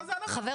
מה זה הדבר הזה?